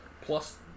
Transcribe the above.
plus